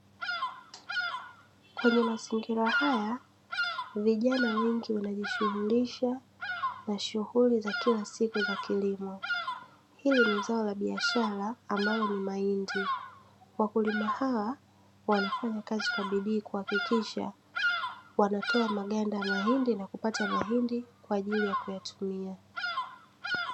Kwenye mazingira haya, vijana wengi wanajishughulisha na shughuli za kila siku za kilimo. Hili ni zao la biashara ambalo ni mahindi, wakulima hawa, wana fanya kazi kwa bidii kuhakikisha wanatoa maganda ya mahindi, na kupata mahindi kwa ajili ya kuyatumia.